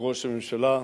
לראש הממשלה,